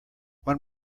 one